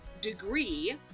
degree